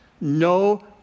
no